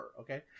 okay